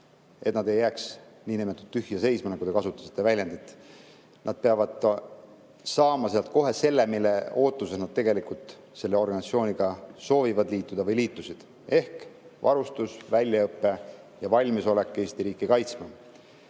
ei jääks nii-öelda tühja seisma, nagu te ütlesite. Nad peavad saama kohe selle, mille ootuses nad tegelikult selle organisatsiooniga soovivad liituda või liitusid: varustus, väljaõpe ja valmisolek Eesti riiki kaitsta.